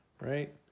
Right